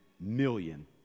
million